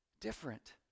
different